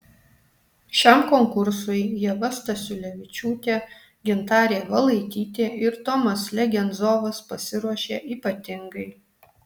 šiam konkursui ieva stasiulevičiūtė gintarė valaitytė ir tomas legenzovas pasiruošė ypatingai